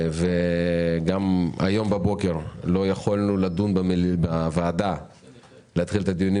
מה גם שהיום לא יכולנו להתחיל את דיוני